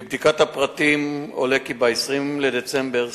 מבדיקת הפרטים עולה כי ב-20 בדצמבר,